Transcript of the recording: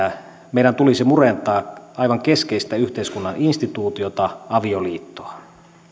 meidän tulisi murentaa aivan keskeistä yhteiskunnan instituutiota avioliittoa